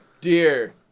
Dear